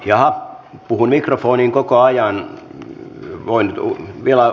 ja puhui mikrofonin koko ajan voi tulla vielä